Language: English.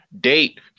date